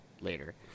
later